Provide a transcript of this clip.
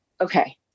okay